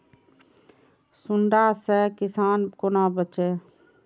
सुंडा से किसान कोना बचे?